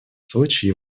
случае